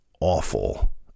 awful